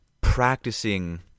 practicing